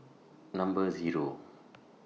Number Zero